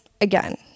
again